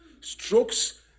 Strokes